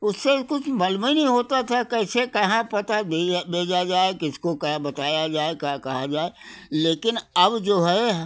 उससे कुछ मालूम ही नहीं होता था कैसे कहाँ पता भैया भेजा जाए किसको क्या बताया जाए का कहा जाए लेकिन अब जो है